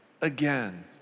again